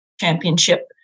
championship